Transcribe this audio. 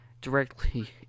directly